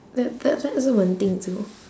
that that that's the one thing so